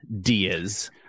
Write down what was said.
Diaz